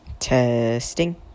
testing